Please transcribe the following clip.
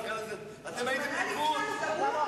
אתם הייתם ליכוד.